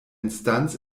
instanz